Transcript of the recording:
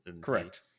Correct